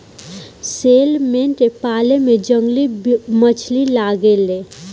salmon के पाले में जंगली मछली लागे ले